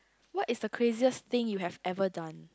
what is the craziest thing you have ever done